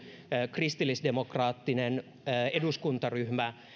kristillisdemokraattinen eduskuntaryhmä